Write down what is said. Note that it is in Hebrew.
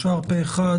אושר פה אחד.